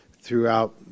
throughout